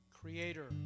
Creator